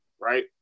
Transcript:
right